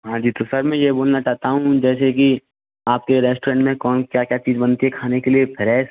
हाँ जी तो सर मैं ये बोलना चाहता हूँ जैसे कि आपके रेस्टोरेंट में कौन क्या क्या चीज बनती है खाने के लिए फ्रेस